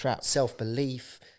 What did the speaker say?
self-belief